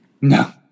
No